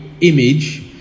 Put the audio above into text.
image